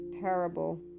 parable